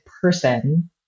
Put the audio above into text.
person